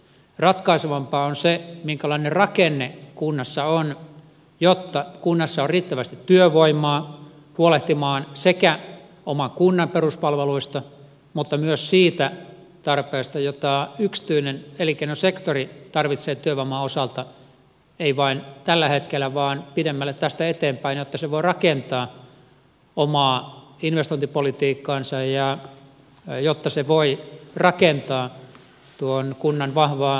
ratkaisevampaa on se minkälainen rakenne kunnassa on jotta kunnassa on riittävästi työvoimaa huolehtimaan oman kunnan peruspalveluista mutta myös siitä tarpeesta jota yksityinen elinkeinosektori tarvitsee työvoiman osalta ei vain tällä hetkellä vaan pidemmälle tästä eteenpäin jotta se voi rakentaa omaa investointipolitiikkaansa ja jotta se voi rakentaa tuon kunnan vahvaa elinkeinorakennetta